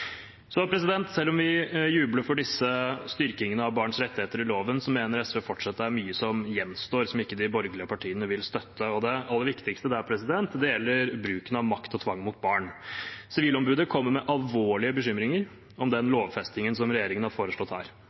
Selv om vi jubler for disse styrkingene av barns rettigheter i loven, mener SV det fortsatt er mye som gjenstår, som de borgerlige partiene ikke vil støtte. Det aller viktigste der gjelder bruken av makt og tvang mot barn. Sivilombudet kommer med alvorlige bekymringer om den lovfestingen som regjeringen har foreslått her.